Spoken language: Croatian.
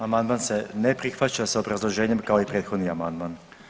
Amandman se ne prihvaća sa obrazloženjem kao i prethodni amandman.